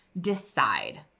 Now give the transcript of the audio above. decide